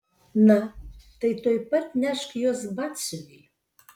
na tai tuoj pat nešk juos batsiuviui